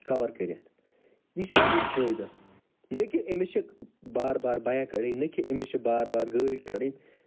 cover کٔرِتھ یہِ چھُ بیاکھ فٲیدٕ نَہ کہِ أمس چھِ بار بار بایک کَڑٕنۍ نَہ کہِ أمس چھِ بار بار گٲڑۍ کَڑٕنۍ